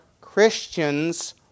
Christians